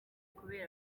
kubera